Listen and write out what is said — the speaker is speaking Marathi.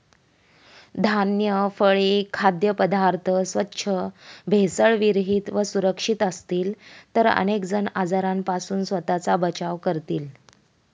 धान्य, फळे, खाद्यपदार्थ स्वच्छ, भेसळविरहित व सुरक्षित असतील तर अनेक जण आजारांपासून स्वतःचा बचाव करतील